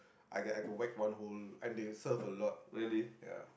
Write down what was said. I got I got wreck one whole and they serve a lot ya